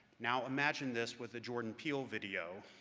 now imagine this with the jordan peele video,